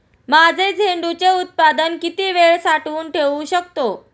माझे झेंडूचे उत्पादन किती वेळ साठवून ठेवू शकतो?